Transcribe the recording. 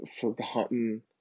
forgotten